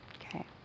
okay